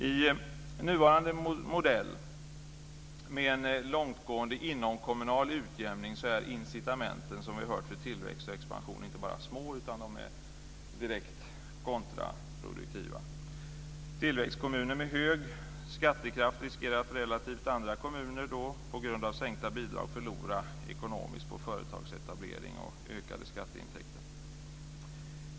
I nuvarande modell med en långtgående inomkommunal utjämning är incitamenten för tillväxt och expansion som vi hört inte bara små, de är direkt kontraproduktiva. Tillväxtkommuner med hög skattekraft riskerar att relativt andra kommuner på grund av sänkta bidrag förlora ekonomiskt på företagsetablering och ökade skatteintäkter.